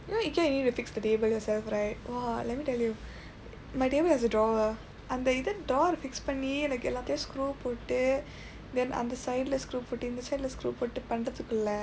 you know Ikea you need to fix the table yourself right !wah! let me tell you my table has a drawer அந்த இந்த:andtha indtha door fix பண்ணி :panni like எல்லாத்தையும்:ellaaththaiyum screw போட்டு :pootdu then அந்த:andtha side இல்ல:illa screw போட்டு பண்றதுக்குள்ள:pottu pandrathukkulla